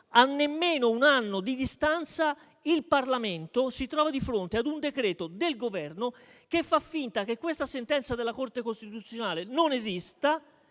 A nemmeno un anno di distanza, il Parlamento si trova di fronte a un decreto-legge del Governo che fa finta che questa sentenza della Corte costituzionale non esista